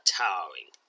towering